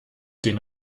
den